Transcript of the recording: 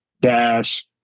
Dash